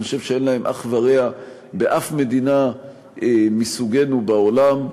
אני חושב שאין להם אח ורע באף מדינה מסוגנו בעולם,